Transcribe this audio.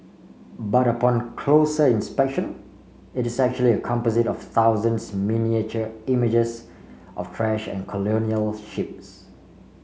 but upon closer inspection it is actually a composite of thousands miniature images of trash and colonial ships